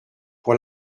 pour